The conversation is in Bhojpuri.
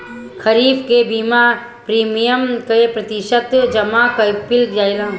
खरीफ के बीमा प्रमिएम क प्रतिशत जमा कयील जाला?